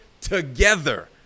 together